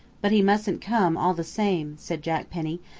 but he mustn't come all the same, said jack penny,